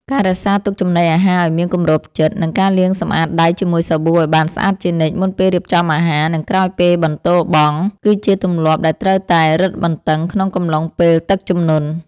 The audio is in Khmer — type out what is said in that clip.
ការរក្សាទុកចំណីអាហារឱ្យមានគម្របជិត និងការលាងសម្អាតដៃជាមួយសាប៊ូឱ្យបានស្អាតជានិច្ច មុនពេលរៀបចំអាហារ និងក្រោយពេលបន្ទោបង់ គឺជាទម្លាប់ដែលត្រូវតែរឹតបន្តឹងក្នុងកំឡុងពេលទឹកជំនន់។